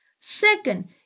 Second